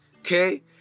okay